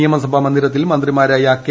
നിയമസഭാ മന്ദിരത്തിൽ മന്ത്രിമാരായ കെ